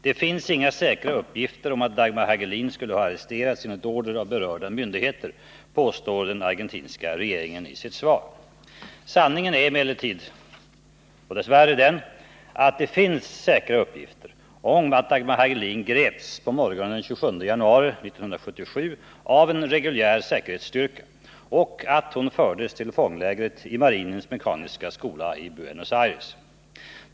Det finns inga säkra uppgifter om att Dagmar Hagelin skulle ha arresterats enligt order av behörig myndighet, påstår den argentinska regeringen i sitt svar. Sanningen är emellertid att det finns säkra uppgifter om att Dagmar Hagelin greps på morgonen den 27 januari 1977 av en reguljär säkerhetsstyrka och att hon fördes till fånglägret i Marinens mekaniska skola i Buenos Aires.